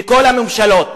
וכל הממשלות: